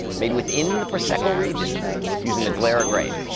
made within the prosecco region using the glera grape.